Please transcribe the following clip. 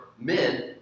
men